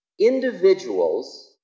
individuals